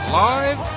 live